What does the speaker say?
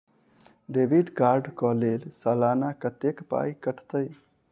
Debit card कऽ लेल सलाना कत्तेक पाई कटतै?